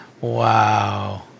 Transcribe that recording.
Wow